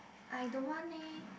I don't want leh